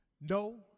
no